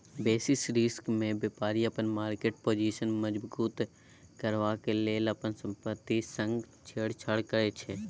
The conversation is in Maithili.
बेसिस रिस्कमे बेपारी अपन मार्केट पाजिशन मजगुत करबाक लेल अपन संपत्ति संग छेड़छाड़ करै छै